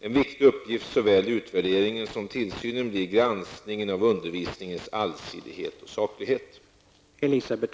En viktig uppgift såväl i utvärderingen som tillsynen blir granskningen av undervisningens allsidighet och saklighet.